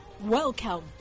Welcome